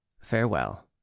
farewell